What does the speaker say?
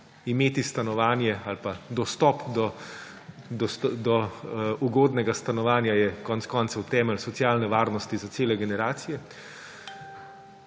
Imeti stanovanje ali pa dostop do ugodnega stanovanja je konec koncev temelj socialne varnosti za cele generacije.